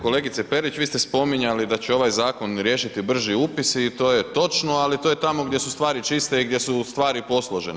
Kolegice Perić, vi ste spominjali da će ovaj zakon riješiti brži upis i to je točno ali to je tamo gdje su stvari čiste i gdje su stvari posložene.